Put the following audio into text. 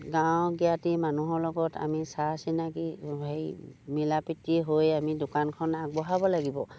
গাঁও জ্ঞাতি মানুহৰ লগত আমি চা চিনাকি হেৰি মিলা প্ৰীতি হৈ আমি দোকানখন আগবঢ়াব লাগিব